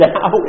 Now